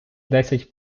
десять